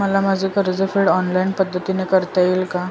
मला माझे कर्जफेड ऑनलाइन पद्धतीने करता येईल का?